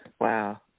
Wow